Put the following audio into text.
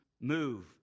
Move